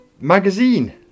magazine